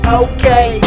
okay